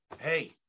hey